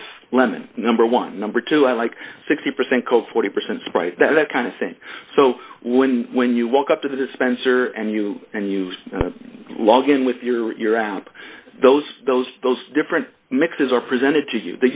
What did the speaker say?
with lemon number one number two i like sixty percent coke forty percent sprite that kind of thing so when when you walk up to the dispenser and you and you log in with your out those those those different mixes are presented to you